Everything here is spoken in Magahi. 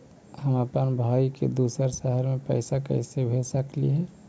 हम अप्पन भाई के दूसर शहर में पैसा कैसे भेज सकली हे?